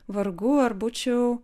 vargu ar būčiau